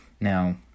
Now